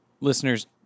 listeners